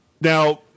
now